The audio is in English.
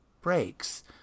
breaks